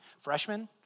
Freshmen